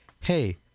hey